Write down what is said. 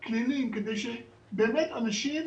קלילים, כדי שבאמת אנשים